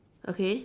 okay